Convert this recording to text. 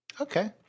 Okay